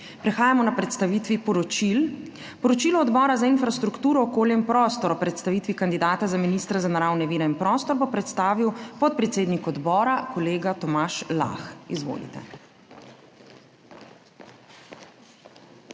Prehajamo na predstavitvi poročil. Poročilo Odbora za infrastrukturo, okolje in prostor o predstavitvi kandidata za ministra za naravne vire in prostor bo predstavil podpredsednik odbora kolega Tomaž Lah. Izvolite.